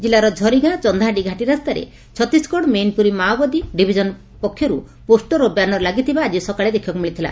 ଜିଲ୍ଲାର ଝରିଗାଁ ଚନ୍ଦାହାଣ୍ଡି ଘାଟି ରାସ୍ତାରେ ଛତିଶଗଡ଼ ମେଇନପୁରୀ ମାଓବାଦୀ ଡିଭିଜନ ପକ୍ଷରୁ ପୋଷର ଓ ବ୍ୟାନର ଲାଗିଥିବା ଆକି ସକାଳେ ଦେଖିବାକୁ ମିଳିଥିଲା